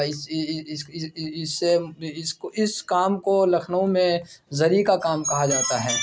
اس اس سے اس کو اس کام کو لکھنؤ میں زری کا کام کہا جاتا ہے